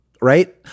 Right